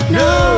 no